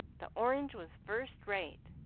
the orange was first rate.